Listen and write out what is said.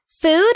food